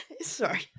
sorry